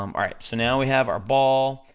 um alright, so now we have our ball,